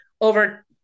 over